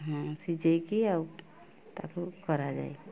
ହଁ ସିଜେଇକି ଆଉ ତାକୁ କରାଯାଏ